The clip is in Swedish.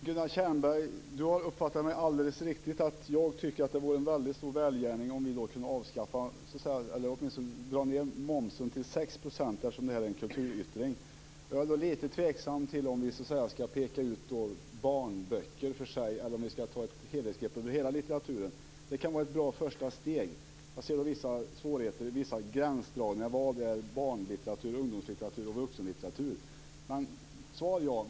Fru talman! Gunilla Tjernberg har uppfattat mig alldeles riktigt. Jag tycker att det vore en väldigt stor välgärning om vi kunde avskaffa den här momsen, eller åtminstone dra ned den till 6 %, eftersom det här är en kulturyttring. Jag är dock lite tveksam till om vi skall peka ut barnböcker för sig eller ta ett helhetsgrepp på hela litteraturen. Det kan vara ett bra första steg, men jag ser vissa svårigheter med t.ex. gränsdragning: Vad är barnlitteratur, ungdomslitteratur och vuxenlitteratur? Men svaret är ja.